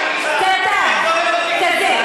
אתה אדם גזען קטן.